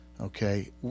Okay